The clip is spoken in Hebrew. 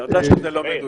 אתה יודע שזה לא מדויק.